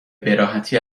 براحتی